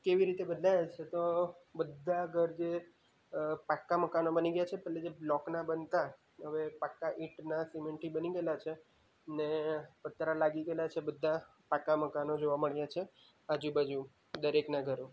કેવી રીતે બદલાયા છે તો બધા ઘર જે પાકા મકાનો બની ગયા છે પહેલાં જે બ્લોકના બનતા હવે પાકા ઈંટના સિમેન્ટથી બની ગએલા છે ને પતરા લાગી ગએલા છે બધા પાકા મકાનો જોવા મળ્યા છે આજુબાજુ દરેકના ઘરે